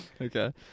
Okay